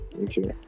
Okay